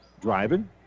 driving